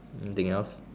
anything else